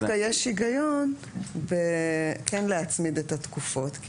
אני חושבת שדווקא יש היגיון כן להצמיד את התקופות כי